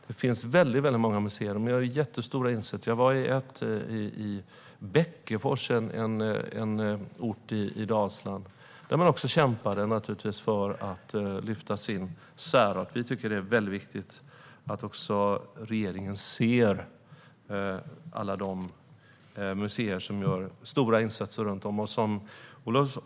Det finns oerhört många museer som gör jättestora insatser; jag var på ett i Bäckefors, en ort i Dalsland, där man naturligtvis också kämpar för att lyfta fram sin särart. Vi tycker att det är väldigt viktigt att också regeringen ser alla de museer som gör stora insatser runt om.